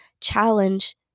challenge